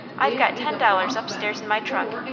i've got ten dollars upstairs in my trunk,